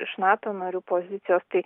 iš nato narių pozicijos tai